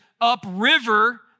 upriver